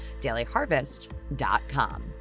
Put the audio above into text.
Dailyharvest.com